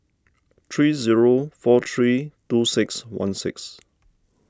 three zero four three two six one six